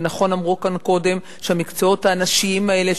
ונכון אמרו כאן קודם על המקצועות הנשיים האלה,